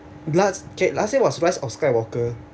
last okay last year was rise of skywalker